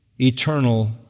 eternal